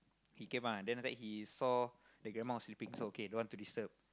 he came ah then after that he saw the grandma was sleeping so okay don't want to disturb